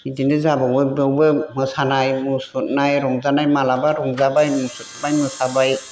बिदिनो जाबावो बेवबो मोसानाय मुसुरनाय रंजानाय माब्लाबा रंजाबाय मुसुरबाय मोसाबाय